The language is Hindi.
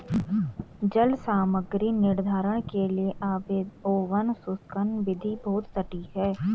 जल सामग्री निर्धारण के लिए ओवन शुष्कन विधि बहुत सटीक है